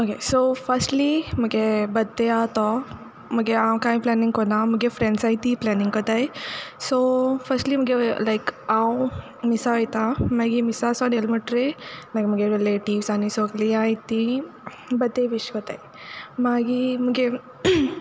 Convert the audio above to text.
so firstly मुगे birthday हा तो मुगे हांव कांय प्लेनींग कोना मुगे फ्रेंड्स आहाय तीं प्लेनींग कोताय सो फर्स्टली मुगे लायक हांव मिसा ओयतां मागी मिसा सोन येल मुटरी मागी मुगे रिलेटिव्हस आनी सोगळी हाय तीं बड्डे वीश कोताय मागी मुगे